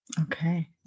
Okay